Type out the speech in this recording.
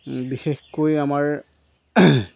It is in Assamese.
বিশেষকৈ আমাৰ